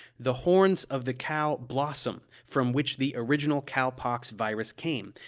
the horns of the cow blossom, from which the original cowpox virus came,